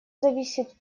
зависит